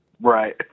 Right